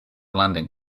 landing